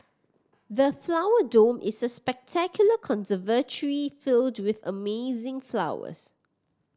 the Flower Dome is a spectacular conservatory filled with amazing flowers